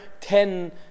ten